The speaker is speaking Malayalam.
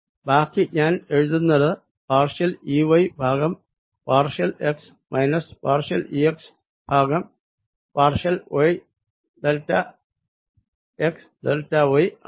ബാക്കി ഞാൻ എഴുന്നത് പാർഷ്യൽ E y ഭാഗം partial x minus partial E x ഭാഗം partial y delta x delta y ആണ്